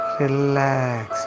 relax